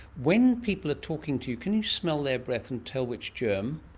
when people are talking to you, can you smell their breath and tell which germ?